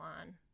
on